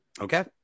Okay